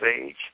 age